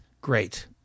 great